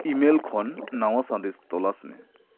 email ᱠᱷᱚᱱ ᱱᱟᱣᱟ ᱥᱟᱸᱫᱮᱥ ᱛᱚᱞᱟᱥ ᱢᱮ